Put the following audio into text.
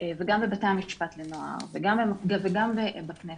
וגם בבתי המשפט לנוער וגם בכנסת.